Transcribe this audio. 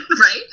right